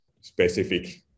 specific